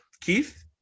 Keith